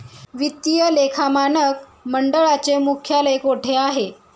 वित्तीय लेखा मानक मंडळाचे मुख्यालय कोठे आहे?